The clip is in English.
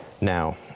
now